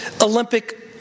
Olympic